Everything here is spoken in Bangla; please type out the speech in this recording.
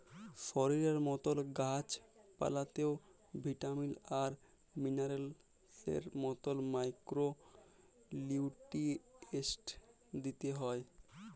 শরীরের মতল গাহাচ পালাতেও ভিটামিল আর মিলারেলসের মতল মাইক্রো লিউট্রিয়েল্টস দিইতে হ্যয়